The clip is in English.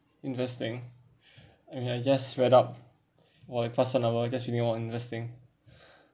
investing oh ya just read up for past one hour just reading on investing